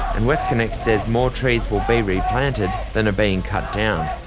and westconnex says more trees will be replanted than are being cut down.